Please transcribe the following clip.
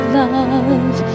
love